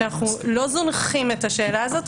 שאנחנו לא זונחים את השאלה הזאת,